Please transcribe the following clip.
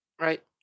right